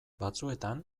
batzuetan